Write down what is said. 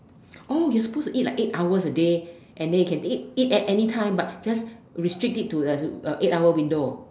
you are suppose to eat like eight hours a day and then you can eat at any time but just restrict it to the eight hour window